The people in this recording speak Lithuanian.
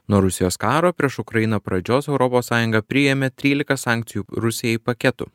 nuo rusijos karo prieš ukrainą pradžios europos sąjunga priėmė trylika sankcijų rusijai paketų